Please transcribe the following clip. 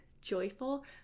joyful